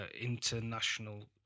International